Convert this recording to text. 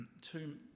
two